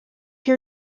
your